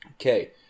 Okay